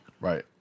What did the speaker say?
Right